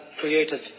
created